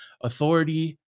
authority